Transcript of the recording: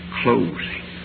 closing